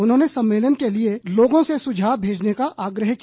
उन्होंने सम्मेलन के लिए लोगों से सुझाव भेजने का आग्रह किया